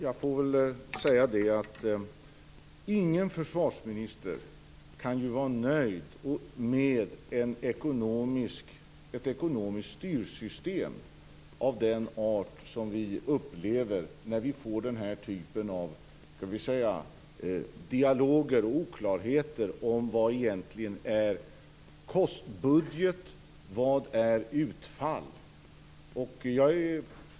Herr talman! Ingen försvarsminister kan väl vara nöjd med ett ekonomiskt styrsystem av den art som vi upplever när vi får den här typen av dialoger och oklarheter om vad som egentligen är kostnadsbudget och vad som är utfall.